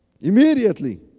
Immediately